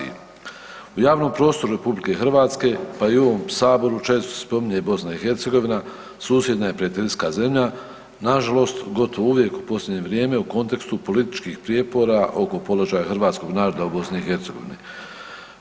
U javnom prostoru RH pa i u ovom Saboru često se spominje BiH, susjedna i prijateljska zemlja, nažalost gotovo uvijek u posljednje vrijeme u kontekstu političkih prijepora oko položaja hrvatskog naroda u BiH-u.